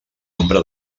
nombre